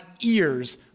ears